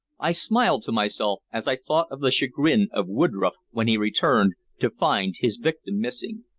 i smiled to myself as i thought of the chagrin of woodroffe when he returned to find his victim missing.